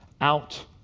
out